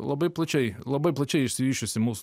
labai plačiai labai plačiai išsivysčiusi mūsų